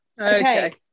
okay